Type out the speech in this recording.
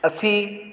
ਅਸੀਂ